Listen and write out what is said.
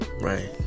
right